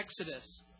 Exodus